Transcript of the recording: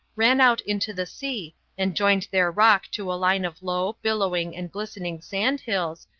ran out into the sea and joined their rock to a line of low, billowing, and glistening sand-hills,